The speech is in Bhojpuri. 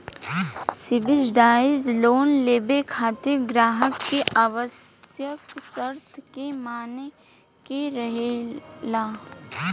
सब्सिडाइज लोन लेबे खातिर ग्राहक के आवश्यक शर्त के माने के रहेला